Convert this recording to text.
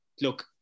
look